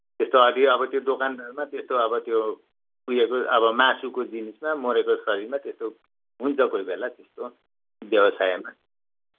त्यस्तो अलि अब दोकानहरूमा त्यस्तो अब त्यो कुहिएको अब मासुको जिनिसमा मरेको शरीरमा त्यस्तो हुन्छ कोही बेला त्यस्तो व्यवसायमा